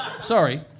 Sorry